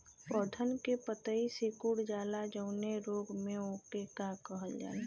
पौधन के पतयी सीकुड़ जाला जवने रोग में वोके का कहल जाला?